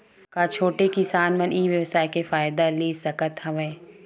का छोटे किसान मन ई व्यवसाय के फ़ायदा ले सकत हवय?